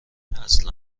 اصلا